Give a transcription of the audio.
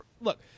look